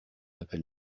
appel